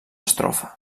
estrofa